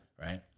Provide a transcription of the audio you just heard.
Right